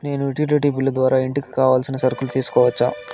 నేను utility bill ద్వారా ఇంటికి కావాల్సిన సరుకులు తీసుకోవచ్చా?